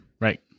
Right